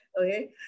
okay